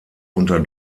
unter